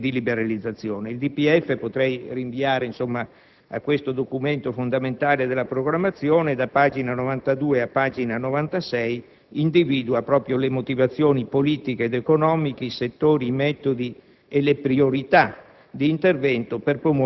azioni coerenti di liberalizzazione. Potrei rinviare al DPEF, a questo documento fondamentale della programmazione, che da pagina 92 a pagina 96, individua proprio le motivazioni politiche ed economiche, i settori, i metodi e le priorità